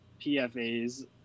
PFAs